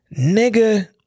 nigga